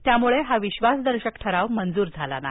त्यामुळे हा विश्वासदर्शक ठराव मंजूर झाला नाही